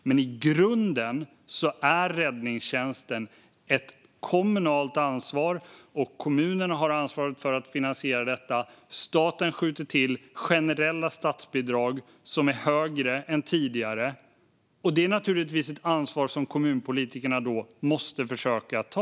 Men i grunden är räddningstjänsten ett kommunalt ansvar. Kommunerna har ansvar för att finansiera den, och staten skjuter till generella statsbidrag som är högre än tidigare. Detta är naturligtvis ett ansvar som kommunpolitikerna måste försöka ta.